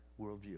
worldview